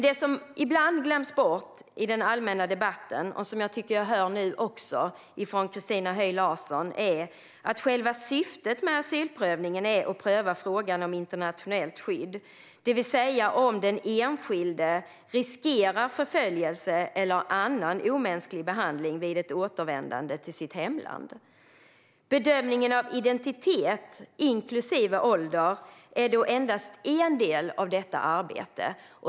Det som ibland glöms bort i den allmänna debatten, och som jag tycker att jag också hör nu från Christina Höj Larsen, är att själva syftet med asylprövningen är att pröva frågan om internationellt skydd, det vill säga om den enskilde riskerar förföljelse eller annan omänsklig behandling vid ett återvändande till sitt hemland. Bedömningen av identitet, inklusive ålder, är endast en del av detta arbete.